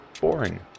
boring